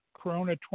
Corona